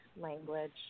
language